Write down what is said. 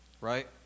Right